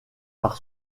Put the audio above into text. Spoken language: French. par